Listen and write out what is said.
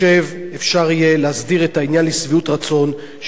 אפשר יהיה להסדיר את העניין לשביעות הרצון של כולם,